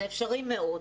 זה אפשרי מאוד.